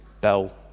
bell